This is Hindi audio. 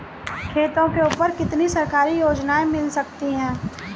खेतों के ऊपर कितनी सरकारी योजनाएं मिल सकती हैं?